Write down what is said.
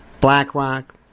BlackRock